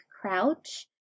Crouch